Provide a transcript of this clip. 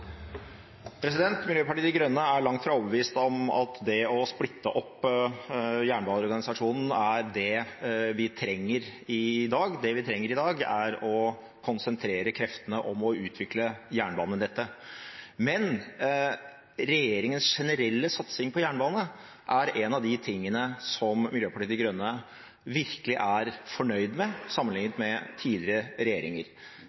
overbevist om at det å splitte opp jernbaneorganisasjonen er det vi trenger i dag. Det vi trenger i dag, er å konsentrere kreftene om å utvikle jernbanenettet. Men regjeringens generelle satsing på jernbane er en av de tingene som Miljøpartiet De Grønne virkelig er fornøyd med, når man sammenligner med tidligere regjeringer.